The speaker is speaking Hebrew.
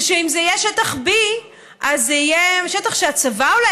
ושאם זה יהיה שטח B אז זה יהיה שטח שהצבא אולי